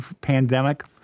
pandemic